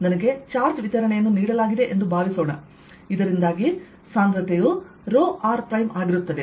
ನನಗೆ ಚಾರ್ಜ್ ವಿತರಣೆಯನ್ನು ನೀಡಲಾಗಿದೆ ಎಂದು ಭಾವಿಸೋಣ ಇದರಿಂದಾಗಿ ಸಾಂದ್ರತೆಯು ರೋಆರ್ಪ್ರೈಮ್ ಆಗಿರುತ್ತದೆ